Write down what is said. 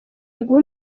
iguhe